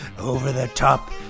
over-the-top